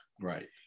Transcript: Right